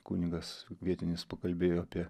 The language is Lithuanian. kunigas vietinis pakalbėjo apie